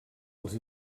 els